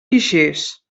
guixers